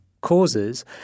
causes